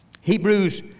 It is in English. Hebrews